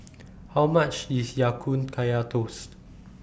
How much IS Ya Kun Kaya Toast